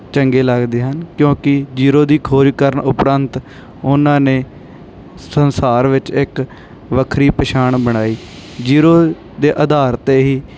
ਚੰਗੇ ਲੱਗਦੇ ਹਨ ਕਿਉਂਕਿ ਜੀਰੋ ਦੀ ਖੋਜ ਕਰਨ ਉਪਰੰਤ ਉਹਨਾਂ ਨੇ ਸੰਸਾਰ ਵਿੱਚ ਇੱਕ ਵੱਖਰੀ ਪਛਾਣ ਬਣਾਈ ਜੀਰੋ ਦੇ ਆਧਾਰ 'ਤੇ ਹੀ